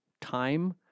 time